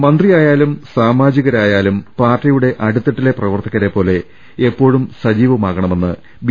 മന്ത്രിയായാലും സാമാജികരായാലും പാർട്ടിയുടെ അടി ത്തട്ടിലെ പ്രവർത്തകരെപ്പോലെ എപ്പോഴും സജീവമാകണ മെന്ന് ബി